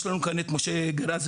יש לנו כאן את משה גראזי,